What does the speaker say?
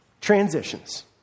transitions